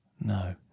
No